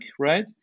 right